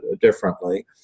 differently